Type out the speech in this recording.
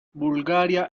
bulgaria